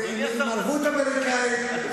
עם ערבות אמריקנית,